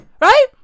Right